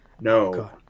no